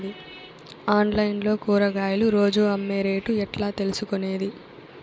Online లో కూరగాయలు రోజు అమ్మే రేటు ఎట్లా తెలుసుకొనేది?